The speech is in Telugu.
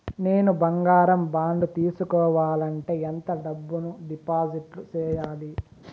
నేను బంగారం బాండు తీసుకోవాలంటే ఎంత డబ్బును డిపాజిట్లు సేయాలి?